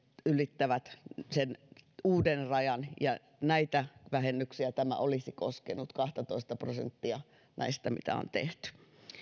ylittää sen uuden rajan ja näitä tämä olisi koskenut kahtatoista prosenttia näistä mitä on tehty